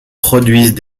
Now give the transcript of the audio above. produisent